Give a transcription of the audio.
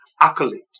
accolade